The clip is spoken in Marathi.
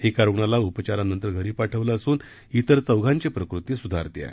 एका रुग्णाला उपचारानंतर घरी पाठवलं असून इतर चौघांची प्रकृती सुधारत आहे